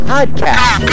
Podcast